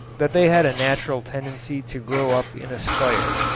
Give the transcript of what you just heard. that they had a natural tendency to grow up in a spire.